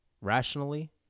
rationally